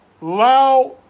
loud